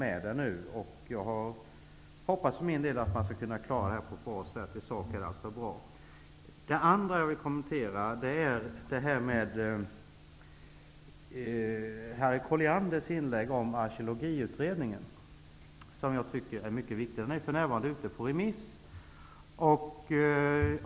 Jag för min del hoppas att man skall kunna klara verksamheten på ett bra sätt. Det är alltså bra i sak att man utreder. Det andra jag vill kommentera är Harriet Collianders inlägg om arkeologiutredningen, vilken jag tycker är mycket viktig. Den är för närvarande ute på remiss.